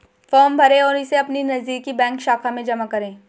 form भरें और इसे अपनी नजदीकी बैंक शाखा में जमा करें